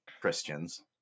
Christians